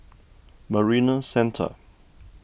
Marina Centre